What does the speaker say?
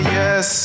yes